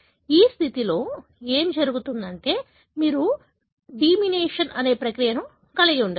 ఈ స్థితిలో ఏమి జరుగుతుందంటే మీరు డీమినేషన్ అనే ప్రక్రియను కలిగి ఉండవచ్చు